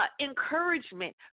encouragement